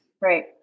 right